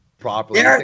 properly